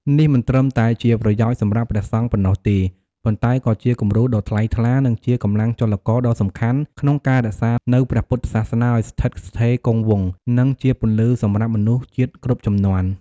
នេះមិនត្រឹមតែជាប្រយោជន៍សម្រាប់ព្រះសង្ឈប៉ុណ្ណោះទេ ប៉ុន្តែក៏ជាគំរូដ៏ថ្លៃថ្លា និងជាកម្លាំងចលករដ៏សំខាន់ក្នុងការរក្សានូវព្រះពុទ្ធសាសនាឱ្យស្ថិតស្ថេរគង់វង្ស និងជាពន្លឺសម្រាប់មនុស្សជាតិគ្រប់ជំនាន់។